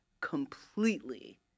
completely